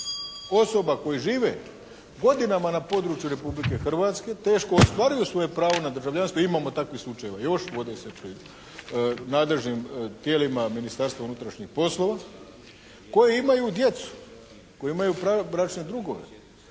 osoba koje žive godinama na području Republike Hrvatske teško ostvaruju svoje pravo na državljanstvo. Imamo takvih slučajeva. Još vode se pred nadležnim tijelima Ministarstva unutrašnjih poslova koje imaju djecu, koje imaju bračne drugove.